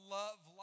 love